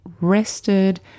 rested